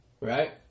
right